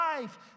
life